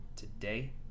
today